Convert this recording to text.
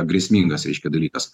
grėsmingas reiškia dalykas